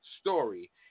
Story